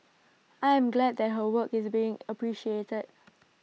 I am glad that her work is being appreciated